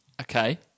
Okay